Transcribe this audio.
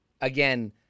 again